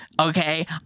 okay